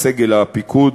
סגל הפיקוד